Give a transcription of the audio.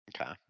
Okay